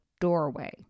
doorway